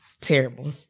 Terrible